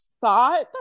thought